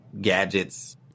gadgets